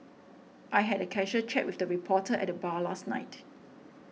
I had a casual chat with a reporter at the bar last night